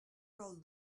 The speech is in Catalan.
cal